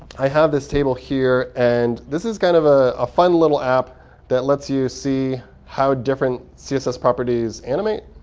i have this table here. and this is kind of a ah fun little app that lets you see how different css properties animate.